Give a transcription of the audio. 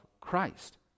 Christ